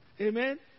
Amen